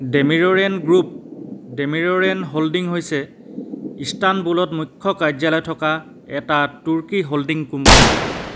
Demirören group Demiroren holding হৈছে ইস্তানবুলত মুখ্য কাৰ্যালয় থকা এটা তুৰ্কী হ'ল্ডিং কোম্পানী